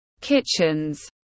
Kitchens